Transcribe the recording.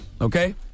Okay